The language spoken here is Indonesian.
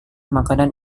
makanan